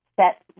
set